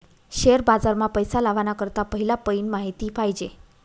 share बाजार मा पैसा लावाना करता पहिला पयीन माहिती पायजे